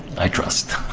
i trust.